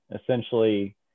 essentially